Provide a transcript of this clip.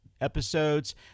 episodes